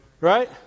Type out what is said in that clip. Right